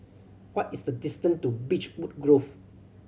what is the distance to Beechwood Grove